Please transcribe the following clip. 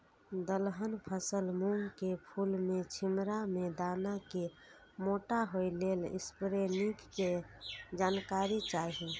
दलहन फसल मूँग के फुल में छिमरा में दाना के मोटा होय लेल स्प्रै निक के जानकारी चाही?